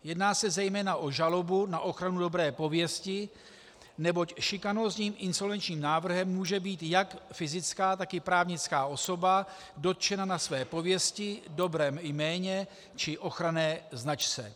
Jedná se zejména o žalobu na ochranu dobré pověsti, neboť šikanózním insolvenčním návrhem může být jak fyzická, tak i právnická osoba dotčena na své pověsti, dobrém jméně či ochranné značce.